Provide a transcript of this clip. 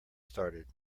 started